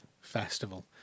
festival